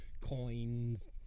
coins